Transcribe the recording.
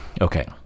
okay